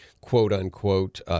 quote-unquote